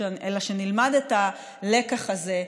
אלא שנלמד את הלקח הזה,